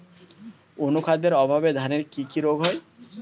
অনুখাদ্যের অভাবে ধানের কি কি রোগ হয়?